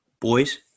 Boys